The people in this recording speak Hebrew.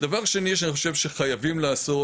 דבר שני שאני חושב שחייבים לעשות,